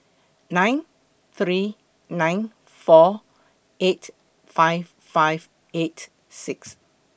nine three nine four eight five five eight six